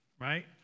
right